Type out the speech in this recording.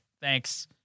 Thanks